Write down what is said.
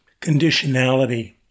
Conditionality